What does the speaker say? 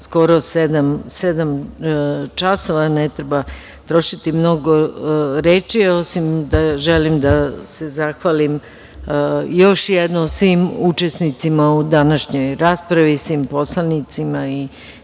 skoro 19,00 časova, ne treba trošiti mnogo reči osim da želim da se zahvalim još jednom svim učesnicima u današnjoj raspravi, svim poslanicima i